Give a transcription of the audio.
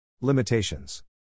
Limitations